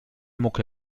mucke